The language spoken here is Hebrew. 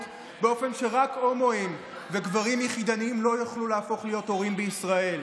באופן שרק הומואים וגברים יחידניים לא יוכלו להפוך להיות הורים בישראל.